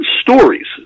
stories